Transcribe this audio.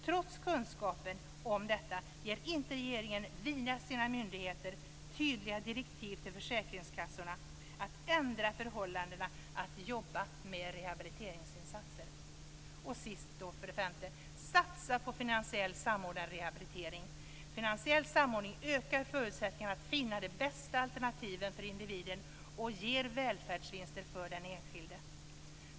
Trots kunskapen om detta ger inte regeringen via sina myndigheter tydliga direktiv till försäkringskassorna att ändra förhållandena och att jobba med rehabiliteringsinsatser. Och till sist, för det femte: Satsa på finansiellt samordnad rehabilitering! Finansiell samordning ökar förutsättningarna för att finna de bästa alternativen för individen och ger välfärdsvinster för den enskilde.